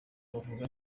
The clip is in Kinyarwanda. bavuga